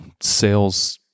sales